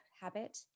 habit